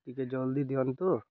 ଟିକେ ଜଲ୍ଦି ଦିଅନ୍ତୁ